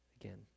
again